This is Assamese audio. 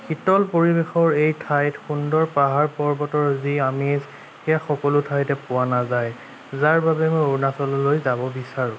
শীতল পৰিৱেশৰ এই ঠাইত সুন্দৰ পাহাৰ পৰ্বতৰ যি আমেজ সেয়া সকলো ঠাইতে পোৱা নাযায় যাৰ বাবে মই অৰুণাচললৈ যাব বিচাৰোঁ